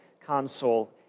console